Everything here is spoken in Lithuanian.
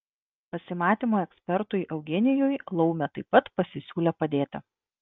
pasimatymų ekspertui eugenijui laumė taip pat pasisiūlė padėti